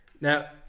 Now